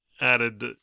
added